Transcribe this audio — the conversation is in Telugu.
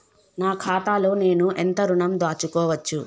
నా ఖాతాలో నేను ఎంత ఋణం దాచుకోవచ్చు?